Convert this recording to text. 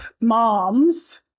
moms